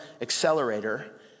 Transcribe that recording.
accelerator